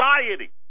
society